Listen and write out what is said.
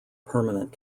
permanent